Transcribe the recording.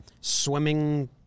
swimming